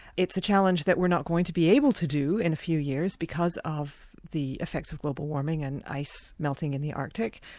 it's a challenge that we're not going to be able to do in a few years because of the effects of global warming and ice melting in the arctic.